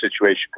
situation